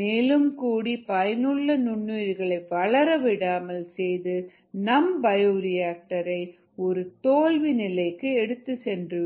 மேலும் கூடி பயனுள்ள நுண்ணுயிர்களை வளர விடாமல் செய்து நம் பயோ ரியாக்டரை ஒரு தோல்வி நிலைக்கு எடுத்துச்சென்று விடும்